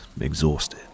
exhausted